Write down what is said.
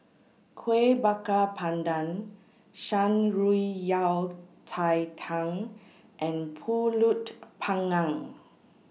Kueh Bakar Pandan Shan Rui Yao Cai Tang and Pulut Panggang